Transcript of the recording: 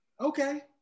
Okay